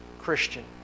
Christian